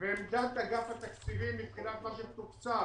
ועמדת אגף התקציבים מבחינת מה שתוקצב,